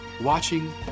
watching